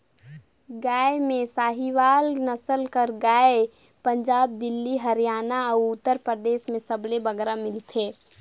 गाय में साहीवाल नसल कर गाय पंजाब, दिल्ली, हरयाना अउ उत्तर परदेस में सबले बगरा मिलथे